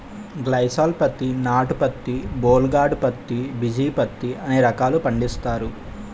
గ్లైసాల్ పత్తి నాటు పత్తి బోల్ గార్డు పత్తి బిజీ పత్తి అనే రకాలు పండిస్తారు